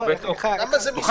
רק שלא נהפוך את התקנות לפתח,